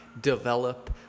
develop